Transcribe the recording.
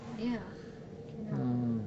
ya cannot [one]